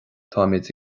táimid